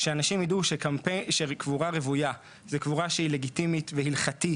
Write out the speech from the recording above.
שאנשים ידעו שקבורה רוויה היא קבורה לגיטימית והלכתית,